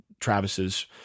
Travis's